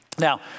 Now